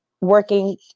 working